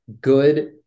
good